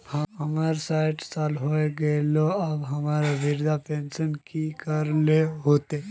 हमर सायट साल होय गले ते अब हमरा वृद्धा पेंशन ले की करे ले होते?